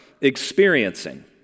experiencing